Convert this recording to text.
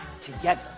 together